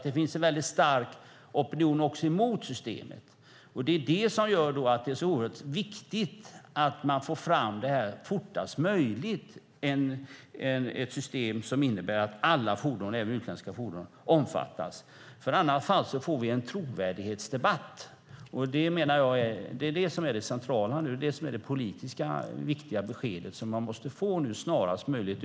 Det finns en stark opinion mot systemet. Därför är det oerhört viktigt att fortast möjligt få fram ett system som innebär att även utländska fordon omfattas, annars får vi en trovärdighetsdebatt. Det är ett viktigt politiskt besked som man måste få snarast möjligt.